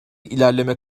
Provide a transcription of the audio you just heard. ilerleme